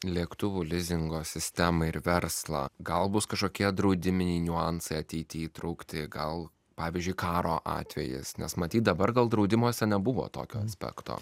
lėktuvų lizingo sistemą ir verslą gal bus kažkokie draudiminiai niuansai ateity įtraukti gal pavyzdžiui karo atvejis nes matyt dabar gal draudimuose nebuvo tokio aspekto